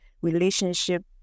relationship